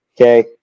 Okay